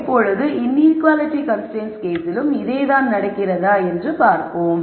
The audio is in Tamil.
இப்பொழுது இன்ஈக்குவாலிட்டி கன்ஸ்ரைன்ட்ஸ் கேஸிலும் இதே தான் நடக்கிறதா என்பதை பார்ப்போம்